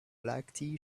black